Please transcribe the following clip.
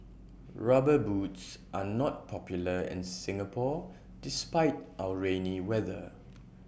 rubber boots are not popular in Singapore despite our rainy weather